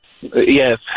yes